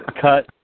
Cut